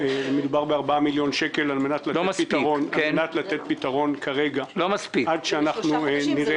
מדובר על 4 מיליון שקל על מנת לתת פתרון כרגע עד שנראה